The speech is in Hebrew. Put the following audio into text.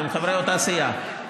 אתם חברי אותה סיעה,